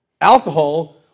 Alcohol